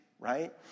right